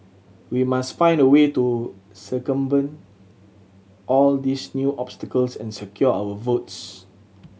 we must find a way to circumvent all these new obstacles and secure our votes